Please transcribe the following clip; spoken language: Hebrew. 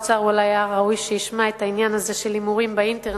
אולי ראוי היה ששר האוצר ישמע את העניין הזה של הימורים באינטרנט,